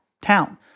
town